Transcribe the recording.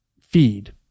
feed